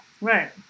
Right